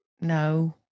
No